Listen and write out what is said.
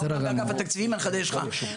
אתה אמנם מאגף התקציבים, אבל אני אחדש לך.